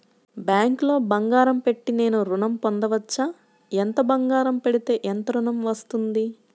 బ్యాంక్లో బంగారం పెట్టి నేను ఋణం పొందవచ్చా? ఎంత బంగారం పెడితే ఎంత ఋణం వస్తుంది?